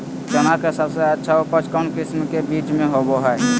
चना के सबसे अच्छा उपज कौन किस्म के बीच में होबो हय?